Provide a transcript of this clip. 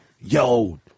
yo